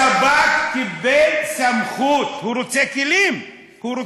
השב"כ קיבל סמכות, הוא רוצה כלים.